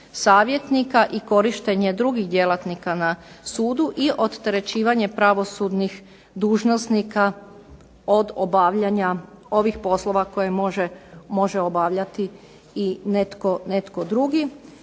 i korištenje drugih djelatnika na sudu i odterećivanje pravosudnih dužnosnika od obavljanja ovih poslova koje može obavljati i netko drugi.